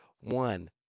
one